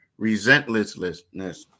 resentlessness